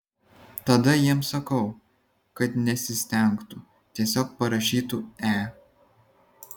tada jiems sakau kad nesistengtų tiesiog parašytų e